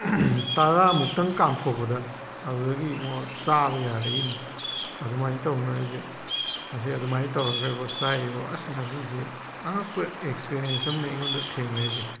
ꯇꯔꯥ ꯃꯨꯛꯇꯪ ꯀꯥꯝꯊꯣꯛꯄꯗ ꯑꯗꯨꯗꯒꯤ ꯏꯉꯣ ꯆꯥꯕ ꯌꯥꯔꯛꯏꯅꯤ ꯑꯗꯨꯃꯥꯏꯅ ꯇꯧꯗꯅ ꯑꯩꯁꯦ ꯉꯁꯤ ꯑꯗꯨꯃꯥꯏꯅ ꯇꯧꯔꯒ ꯏꯕꯣ ꯆꯥꯏ ꯏꯕꯣ ꯉꯁꯤꯁꯦ ꯑꯉꯛꯄ ꯑꯦꯛꯁꯄꯤꯔꯦꯟꯁ ꯑꯃꯅꯤ ꯑꯩꯉꯣꯟꯗ ꯊꯦꯡꯅꯔꯤꯁꯦ